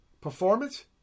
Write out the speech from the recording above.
performance